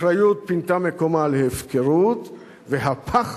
אחריות פינתה מקומה להפקרות והפחד